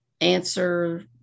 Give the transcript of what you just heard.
answer